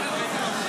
אתה רוצה